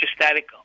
static